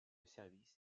service